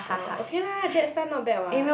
orh okay lah JetStar not bad [what]